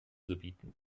gebieten